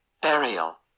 Burial